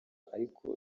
ariko